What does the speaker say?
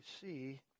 see